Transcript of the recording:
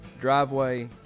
driveway